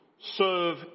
serve